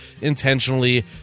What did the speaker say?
intentionally